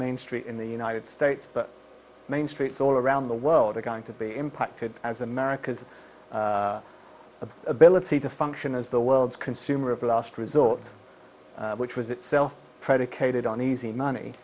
main street in the united states but main streets all around the world are going to be impacted as america's ability to function as the world's consumer of last resort which was itself predicated on easy money